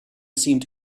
seemed